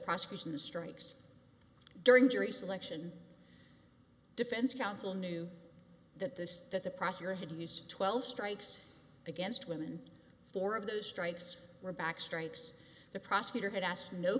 prosecution the strikes during jury selection defense counsel knew that this that the prosecutor had to use twelve strikes against women four of those strikes were back strikes the prosecutor had asked no